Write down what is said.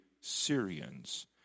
Syrians